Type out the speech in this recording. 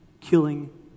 killing